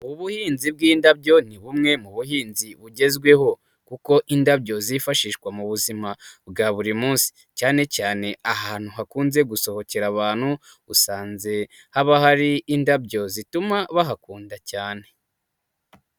Ubuhinzi bw'indabyo ni bumwe mu buhinzi bugezweho kuko indabyo zifashishwa mu buzima bwa buri munsi, cyane cyane ahantu hakunze gusohokera abantu usanze haba hari indabyo zituma bahakunda cyane.